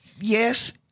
Yes